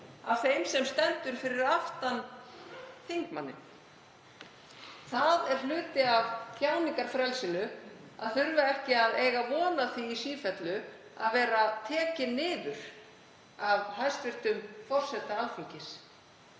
af þeim sem stendur fyrir aftan ræðumann. Það er hluti af tjáningarfrelsinu að þurfa ekki að eiga von á því í sífellu að vera tekinn niður af hæstv. forseta Alþingis